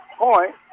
point